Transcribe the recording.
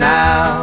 now